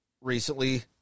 recently